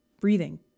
breathing